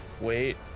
wait